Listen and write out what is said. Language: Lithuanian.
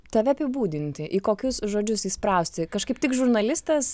tave apibūdinti į kokius žodžius įsprausti kažkaip tik žurnalistas